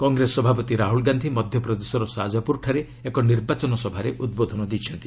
କଂଗ୍ରେସ ସଭାପତି ରାହୁଲ ଗାନ୍ଧି ମଧ୍ୟପ୍ରଦେଶର ସାଜାପୁରଠାରେ ଏକ ନିର୍ବାଚନ ସଭାରେ ଉଦ୍ବୋଧନ ଦେଇଛନ୍ତି